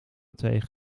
tegen